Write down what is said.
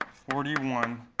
forty one,